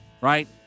right